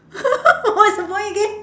what's the point again